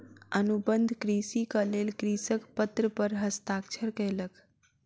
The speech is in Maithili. अनुबंध कृषिक लेल कृषक पत्र पर हस्ताक्षर कयलक